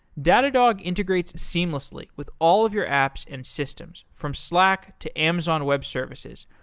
datadog integrates seamlessly with all of your apps and systems from slack, to amazon web services,